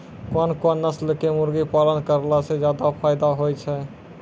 कोन कोन नस्ल के मुर्गी पालन करला से ज्यादा फायदा होय छै?